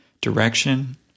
direction